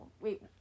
Wait